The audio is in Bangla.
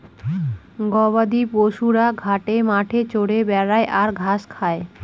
গবাদি পশুরা ঘাটে মাঠে চরে বেড়ায় আর ঘাস খায়